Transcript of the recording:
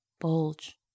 bulge